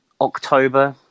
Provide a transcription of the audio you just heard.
october